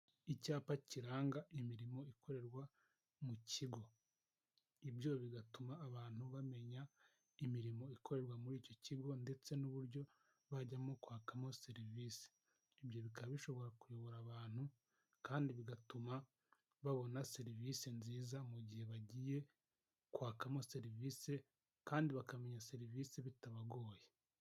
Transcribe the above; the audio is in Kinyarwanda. Icyapa kiranga imirimo ikorerwa mu kigo ibyo bigatuma abantu bamenya imirimo ikorerwa muri icyo kigo ndetse n'uburyo bajyamo kwakamo serivisi, ibyo bikaba bishobora kuyobora abantu kandi bigatuma babona serivisi nziza mu gihe bagiye kwakamo serivisi kandi bakamenya serivisi bitabagoye.